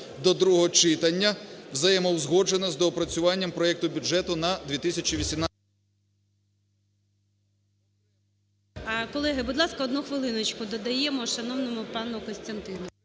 до другого читання, взаємоузгоджено з доопрацюванням проекту бюджету на 2018... ГОЛОВУЮЧИЙ. Колеги, будь ласка, одну хвилиночку додаємо шановному пану Костянтину.